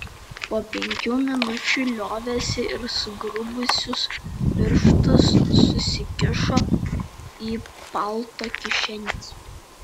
po penkių minučių liovėsi ir sugrubusius piršus susikišo į palto kišenes